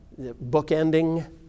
bookending